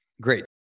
Great